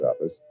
office